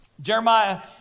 Jeremiah